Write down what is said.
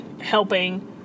helping